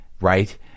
Right